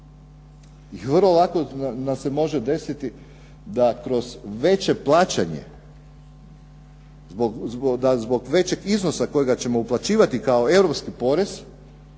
vjerojatno ma se može desiti da zbog većeg iznosa kojega ćemo uplaćivati kao Europski porez